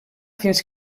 fins